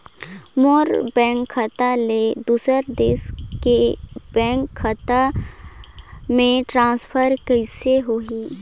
मोर bank खाता ले दुसर देश के बैंक खाता मे ट्रांसफर कइसे होही?